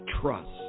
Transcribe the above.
trust